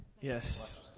Yes